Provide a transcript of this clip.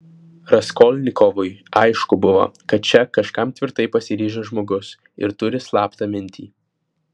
raskolnikovui aišku buvo kad čia kažkam tvirtai pasiryžęs žmogus ir turi slaptą mintį